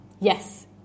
Yes